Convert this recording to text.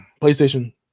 playstation